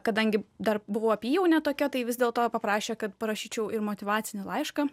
kadangi dar buvau apyjaunė tokia tai vis dėlto paprašė kad parašyčiau ir motyvacinį laišką